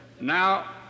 now